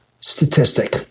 statistic